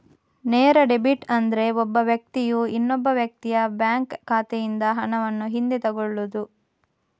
ನೇರ ಡೆಬಿಟ್ ಅಂದ್ರೆ ಒಬ್ಬ ವ್ಯಕ್ತಿಯು ಇನ್ನೊಬ್ಬ ವ್ಯಕ್ತಿಯ ಬ್ಯಾಂಕ್ ಖಾತೆಯಿಂದ ಹಣವನ್ನು ಹಿಂದೆ ತಗೊಳ್ಳುದು